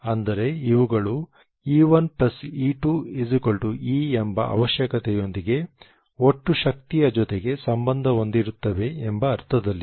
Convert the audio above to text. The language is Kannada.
ಅಂದರೆ ಇವುಗಳು E1 E2 E ಎಂಬ ಅವಶ್ಯಕತೆಯೊಂದಿಗೆ ಒಟ್ಟು ಶಕ್ತಿಯ ಜೊತೆಗೆ ಸಂಬಂಧ ಹೊಂದಿರುತ್ತವೆ ಎಂಬ ಅರ್ಥದಲ್ಲಿ